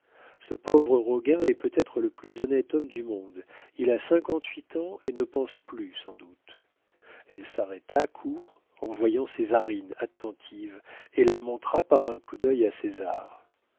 ce pauvre roguin est peut-être le plus honnête homme du monde il a cinquante-huit ans et ne pense plus sans doute elle s'arrêta court en voyant césarine attentive et la montra par un coup d'œil à césar